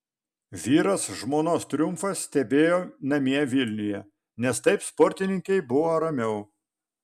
vyras žmonos triumfą stebėjo namie vilniuje nes taip sportininkei buvo ramiau